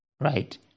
Right